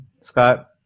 Scott